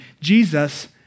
Jesus